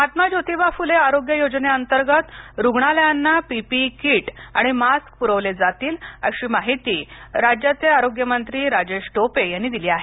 महात्मा ज्योतिबा फुले आरोग्य योजनेअंतर्गत रुग्णालयांना पीपीई कीट आणि मास्क पुरवले जातील अशी माहिती राज्याचे आरोग्य मंत्री राजेश टोपे यांनी दिली आहे